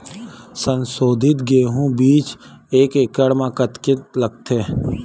संसोधित गेहूं बीज एक एकड़ म कतेकन लगथे?